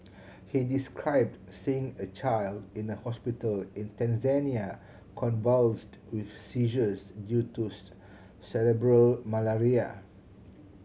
he described seeing a child in a hospital in Tanzania convulsed with seizures due to cerebral malaria